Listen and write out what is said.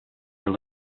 your